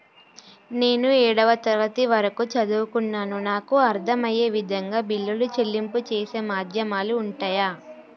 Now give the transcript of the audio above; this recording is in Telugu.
నేను ఏడవ తరగతి వరకు చదువుకున్నాను నాకు అర్దం అయ్యే విధంగా బిల్లుల చెల్లింపు చేసే మాధ్యమాలు ఉంటయా?